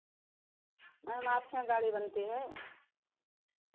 ma'am आप के यहाँ गाड़ी बनती है